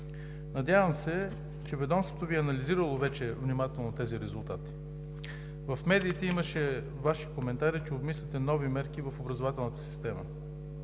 Надявам се, че ведомството Ви е анализирало вече внимателно тези резултати. В медиите имаше Ваши коментари, че обмисляте нови мерки в образователната система.